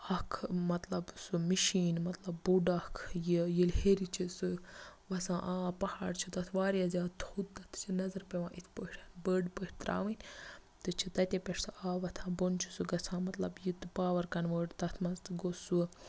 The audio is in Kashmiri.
اَکھ مطلب سُہ مِشیٖن مطلب بوٚڑ اَکھ یہِ ییٚلہِ ہیٚرِ چھِ سُہ وَسان آب پَہاڑ چھِ تَتھ واریاہ زیادٕ تھوٚد تَتھ چھِ نَظَر پیٚوان اِتھ پٲٹھۍ بٔڑ پٲٹھۍ ترٛاوٕنۍ تہٕ چھِ تَتے پٮ۪ٹھ سُہ آب وۄتھان بۄن چھُ سُہ گَژھان مطلب یہِ تہٕ پاوَر کَنوٲٹ تَتھ مَنٛز تہٕ گوٚو سُہ